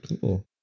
cool